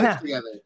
together